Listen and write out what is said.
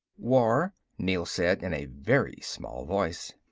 war. neel said, in a very small voice.